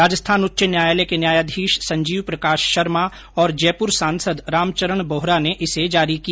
राजस्थान उच्च न्यायालय के न्यायाधीश संजीव प्रकाश शर्मा और जयपुर सांसद रामचरण बोहरा ने इसे जारी किया